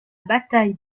bataille